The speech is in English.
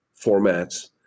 formats